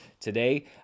today